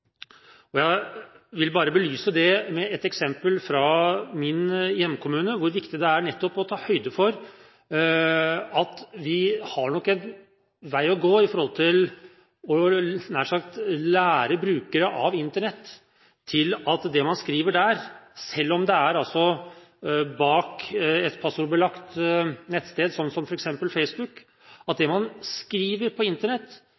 Jeg vil belyse med et eksempel fra min hjemkommune hvor viktig det er nettopp å ta høyde for at vi har en vei å gå når det gjelder å lære brukere av Internett at det man skriver der, selv om det er på et passordbelagt nettsted som f.eks. Facebook,